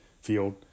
field